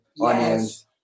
onions